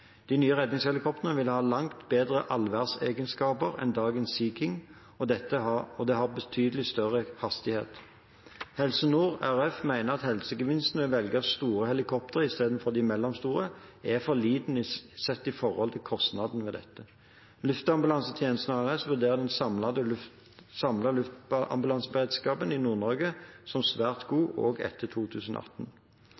De nye redningshelikoptrene vil ha langt bedre «allværsegenskaper» enn dagens Sea King, og de har betydelig større hastighet. Helse Nord RHF mener at helsegevinsten ved å velge store helikoptre i stedet for de mellomstore er for liten sett i forhold til kostnaden. Luftambulansetjenesten ANS vurderer den samlede luftambulanseberedskapen i Nord-Norge som svært